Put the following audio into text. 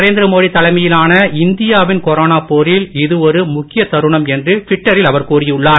நரேந்திர மோடி தலைமையிலான இந்தியாவின் கொரோனா போரில் இது ஒரு முக்கிய தருணம் என்று ட்விட்டரில் அவர் கூறியுள்ளார்